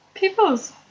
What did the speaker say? peoples